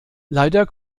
leider